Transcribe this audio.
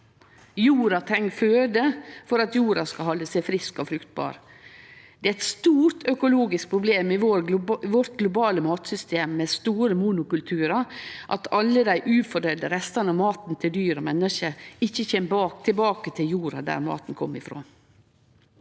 Jorda treng føde for å halde seg frisk og fruktbar. Det er eit stort økologisk problem i vårt globale matsystem med store monokulturar at alle dei ufordøydde restane av maten til dyr og menneske ikkje kjem tilbake til jorda, der maten kom ifrå.